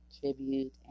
tribute